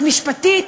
אז משפטית,